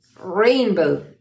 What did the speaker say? rainbow